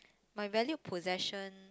my valued possession